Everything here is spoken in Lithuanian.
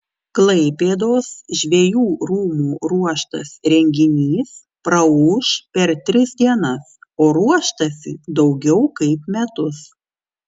klaipėdos žvejų rūmų ruoštas renginys praūš per tris dienas o ruoštasi daugiau kaip metus